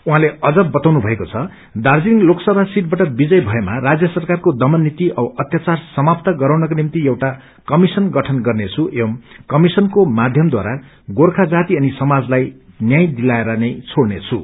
उहाँले अझ बताउनु भएको छ दार्जीलिङ लोकसभा सीटबाट विजय भएमा राज्य सरकारको दमननीति औ अत्याचार समाप्त गराउनको निम्ति एउटा कमिशन गठन गर्नेछु एवं कमिशनको माध्यमद्वारा गोर्खा जाति अनि समाजलाई न्याय दिलाएर नै छोइनेछु